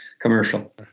commercial